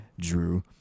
Drew